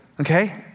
Okay